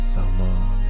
Summer